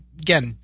again